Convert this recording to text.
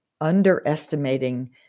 underestimating